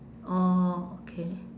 orh okay